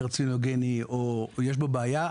קרצינוגני או יש בו בעיה,